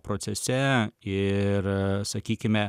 procese ir sakykime